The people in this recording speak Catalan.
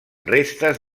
restes